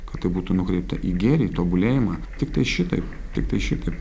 kad tai būtų nukreipta į gėrį tobulėjimą tiktai šitaip tiktai šitaip